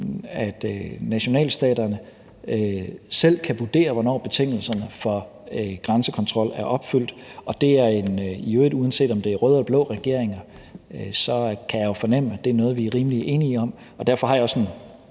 at nationalstaterne selv kan vurdere, hvornår betingelserne for grænsekontrol er opfyldt, og i øvrigt kan jeg jo, uanset om det er røde eller blå regeringer, fornemme, at det er noget, vi er rimelig enige om. Derfor har jeg ud over